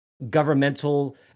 governmental